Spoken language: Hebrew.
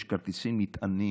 יש כרטיסים נטענים,